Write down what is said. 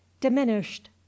diminished